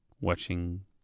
watching